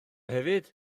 hefyd